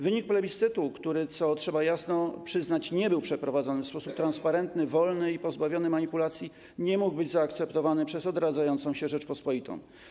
Wynik plebiscytu, który, co trzeba jasno przyznać, nie był przeprowadzony w sposób transparentny, wolny i pozbawiony manipulacji, nie mógł być zaakceptowany przez odradzającą się Rzeczpospolitą.